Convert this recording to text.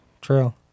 Trail